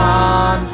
on